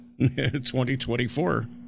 2024